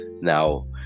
Now